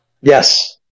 yes